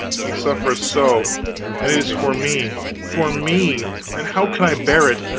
he suffereth so and it is for me for me! and how can i bear it?